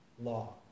law